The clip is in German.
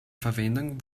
verwendung